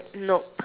nope